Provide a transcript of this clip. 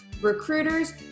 recruiters